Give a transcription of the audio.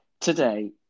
today